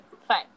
fine